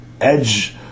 edge